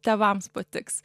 tėvams patiks